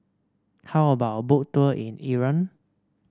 how about a Boat Tour in Iran